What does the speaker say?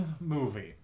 movie